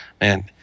man